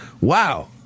Wow